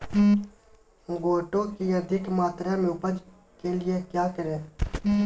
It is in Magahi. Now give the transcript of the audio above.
गोटो की अधिक मात्रा में उपज के लिए क्या करें?